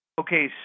Okay